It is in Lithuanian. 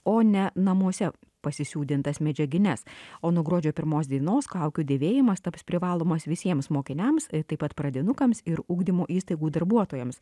o ne namuose pasisiūdintas medžiagines o nuo gruodžio pirmos dienos kaukių dėvėjimas taps privalomas visiems mokiniams taip pat pradinukams ir ugdymo įstaigų darbuotojams